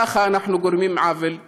ככה אנחנו גורמים עוול לחברה.